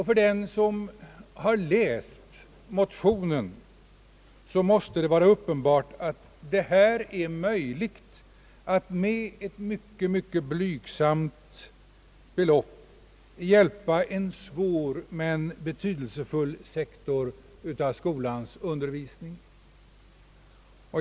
För den som har läst motionen måste det vara uppenbart att det är möjligt att med ett mycket, mycket blygsamt belopp hjälpa en svår, men betydelsefull sektor av skolans undervisning.